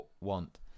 want